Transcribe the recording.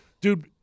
Dude –